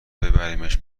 ببریمش